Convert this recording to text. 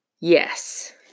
Yes